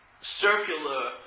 circular